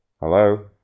Hello